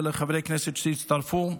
ולחברי הכנסת שהצטרפו,